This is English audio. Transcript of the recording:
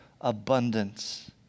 abundance